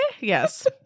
Yes